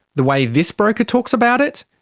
the way this broker talks about it,